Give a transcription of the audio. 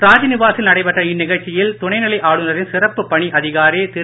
ராஜ்நிவாஸில் நடைபெற்ற இந்நிகழ்ச்சியில் துணைநிலை ஆளுநரின் சிறப்பு பணி அதிகாரி திரு